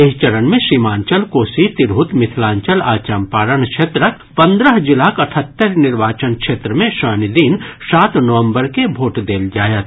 एहि चरण मे सीमांचल कोसी तिरहुत मिथिलांचल आ चम्पारण क्षेत्रक पन्द्रह जिलाक अठहत्तरि निर्वाचन क्षेत्र मे शनि दिन सात नवम्बर के भोट देल जायत